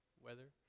weather